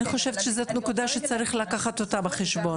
אני חושבת שזאת נקודה שצריך לקחת אותה בחשבון.